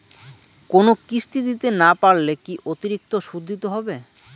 কোনো কিস্তি দিতে না পারলে কি অতিরিক্ত সুদ দিতে হবে?